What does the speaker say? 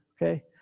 Okay